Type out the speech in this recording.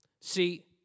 See